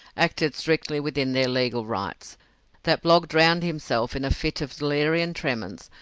acted strictly within their legal rights that blogg drowned himself in a fit of delirium tremens,